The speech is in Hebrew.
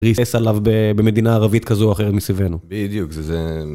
ריסס עליו במדינה ערבית כזו או אחרת מסביבנו. בדיוק, זה זה